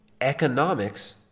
economics